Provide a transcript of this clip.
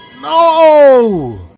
No